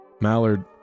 Mallard